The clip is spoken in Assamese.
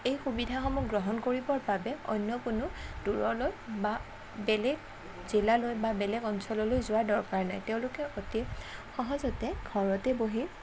এই সুবিধাসমূহ গ্ৰহণ কৰিবৰ বাবে অন্য কোনো দূৰলৈ বা বেলেগ জিলালৈ বা বেলেগ অঞ্চললৈ যোৱাৰ দৰকাৰ নাই তেওঁলোকে অতি সহজতে ঘৰতে বহি